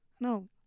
No